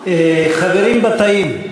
חברים בתאים,